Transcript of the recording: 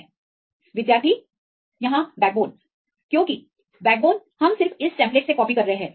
Student Because backbone hereविद्यार्थी यहां backbone क्योंकि बैकबोन हम सिर्फ इस टेम्पलेट से कॉपी कर रहे हैं